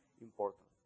important